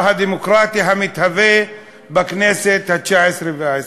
הדמוקרטי המתהווה בכנסת התשע-עשרה והעשרים.